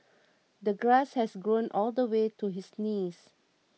the grass had grown all the way to his knees